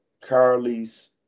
Carly's